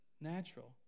natural